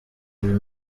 uyu